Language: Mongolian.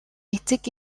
эцэг